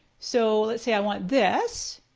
so let's say i want this.